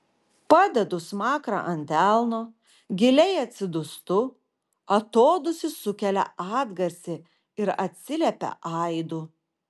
padedu smakrą ant delno giliai atsidūstu atodūsis sukelia atgarsį ir atsiliepia aidu